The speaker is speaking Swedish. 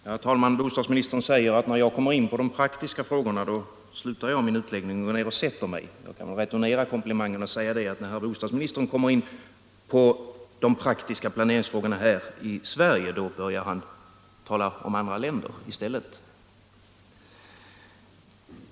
Herr talman! Bostadsministern sade, att när jag kommer in på de praktiska frågorna slutar jag min utläggning och går ner och sätter mig i bänken. Jag vill returnera den komplimangen med att säga, att när herr bostadsministern kommer in på de praktiska planeringsfrågorna här i Sverige börjar han tala om andra länder i stället.